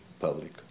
public